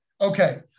Okay